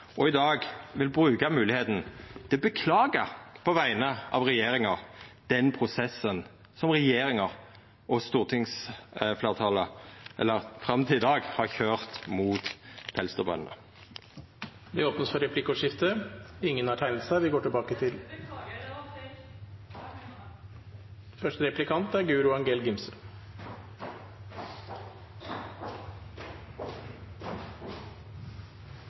og i dag vil bruka moglegheita til å beklaga på vegner av regjeringa den prosessen regjeringa og – fram til i dag – stortingsfleirtalet har køyrt mot pelsdyrbøndene. Det blir replikkordskifte. I fjor sto vi samlet her og ga den bestillingen til